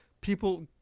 people